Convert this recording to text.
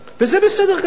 וזה בסדר גמור.